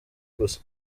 gusa